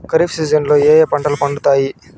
ఖరీఫ్ సీజన్లలో ఏ ఏ పంటలు పండుతాయి